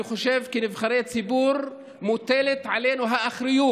אני חושב שכנבחרי ציבור מוטלת עלינו האחריות